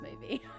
movie